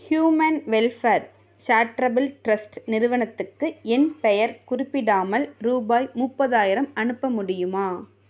human welfare charitable trust நிறுவனத்துக்கு என் பெயர் குறிப்பிடாமல் ரூபாய் முப்பதாயிரம் அனுப்ப முடியுமா